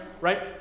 right